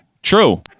True